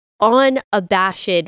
unabashed